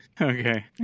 Okay